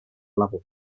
level